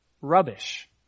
rubbish